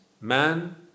man